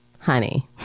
honey